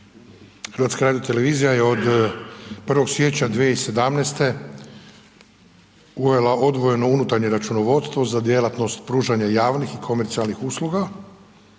djelatnike HRT-a. HRT-a je od 1. siječnja 2017. uvela odvojeno unutarnje računovodstvo za djelatnost pružanja javnih i komercijalnih usluga